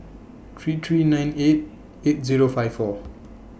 three three nine eight eight Zero five four